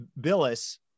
Billis